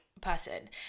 person